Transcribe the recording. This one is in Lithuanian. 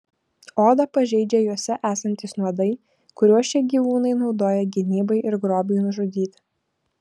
odą pažeidžia juose esantys nuodai kuriuos šie gyvūnai naudoja gynybai ir grobiui nužudyti